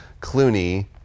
Clooney